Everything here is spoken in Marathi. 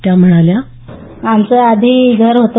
त्या म्हणाल्या आमचं आधी घर होत